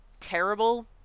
terrible